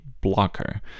blocker